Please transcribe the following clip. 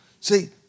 See